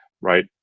right